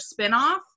spinoff